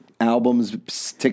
Albums